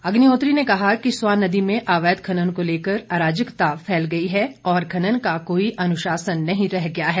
अग्निहोत्री ने कहा कि स्वां नदी में अवैध खनन को लेकर अराजकता फैल गई है और खनन का कोई अनुशासन नहीं रह गया है